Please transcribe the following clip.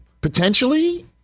Potentially